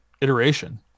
iteration